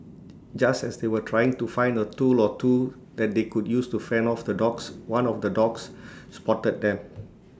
just as they were trying to find A tool or two that they could use to fend off the dogs one of the dogs spotted them